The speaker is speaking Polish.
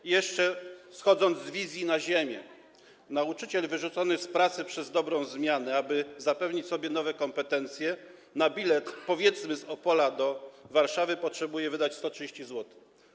I jeszcze schodząc z wizji na ziemię - nauczyciel wyrzucony z pracy przez dobrą zmianę, aby zapewnić sobie nowe kompetencje, na bilet, powiedzmy, z Opola do Warszawy musi wydać 130 zł.